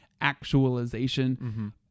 actualization